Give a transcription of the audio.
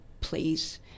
please